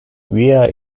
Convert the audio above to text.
via